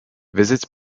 visits